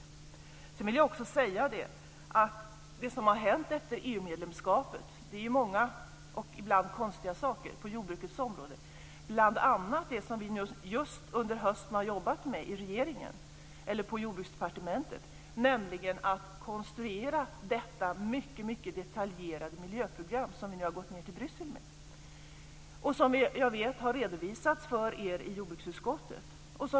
Sedan vill jag också säga att det som har hänt efter EU-medlemskapet - det är många och ibland konstiga saker på jordbrukets område - bl.a. är det som vi har jobbat med under hösten på Jordbruksdepartementet, nämligen konstruktionen av detta mycket detaljerade miljöprogram som vi nu har gått ned till Bryssel med och som jag vet har redovisats för er i jordbruksutskottet.